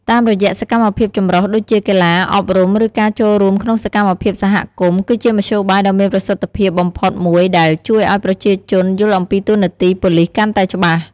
តាមរយៈសកម្មភាពចម្រុះ ដូចជា កីឡា អប់រំ ឬការចូលរួមក្នុងសកម្មភាពសហគមន៍ គឺជាមធ្យោបាយដ៏មានប្រសិទ្ធភាពបំផុតមួយដែល ជួយឲ្យប្រជាជនយល់អំពីតួនាទីប៉ូលិសកាន់តែច្បាស់។